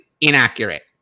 inaccurate